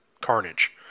carnage